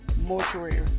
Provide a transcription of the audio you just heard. Mortuary